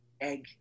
egg